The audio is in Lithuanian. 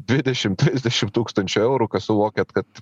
dvidešim trisdešim tūkstančių eurų kas suvokiat kad